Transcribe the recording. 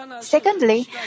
Secondly